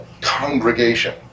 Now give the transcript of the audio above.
congregation